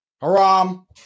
haram